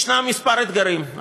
ישנם כמה אתגרים.